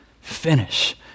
finish